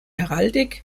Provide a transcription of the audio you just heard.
heraldik